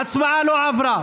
ההצעה לא עברה.